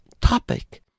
topic